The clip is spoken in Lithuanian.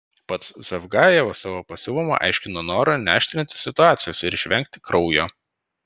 pats zavgajevas savo pasyvumą aiškino noru neaštrinti situacijos ir išvengti kraujo